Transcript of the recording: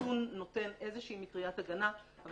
שחיסון נותן איזו שהיא מטריית הגנה אבל